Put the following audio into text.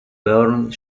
bourne